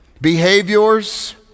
behaviors